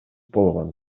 болгон